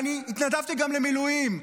והתנדבתי גם למילואים.